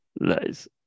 Nice